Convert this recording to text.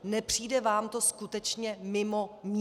Nepřijde vám to skutečně mimo mísu?